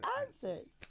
answers